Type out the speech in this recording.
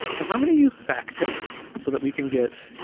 and i'm gonna use back ticks so that we can get